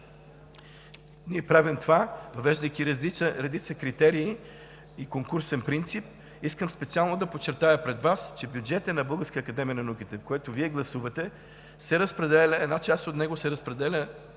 Ние правим това, въвеждайки редица критерии и конкурсен принцип. Искам специално да подчертая пред Вас, че бюджетът на Българската академия на науките, който Вие гласувате, една част от него се разпределя